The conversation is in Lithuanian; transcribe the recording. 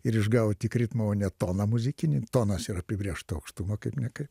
ir išgavo tik ritmą o ne toną muzikinį tonas yra apibrėžta aukštuma kaip niekaip